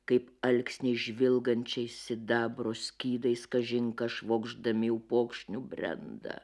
kaip alksniai žvilgančiais sidabro skydais kažin ką švokšdami upokšniu brenda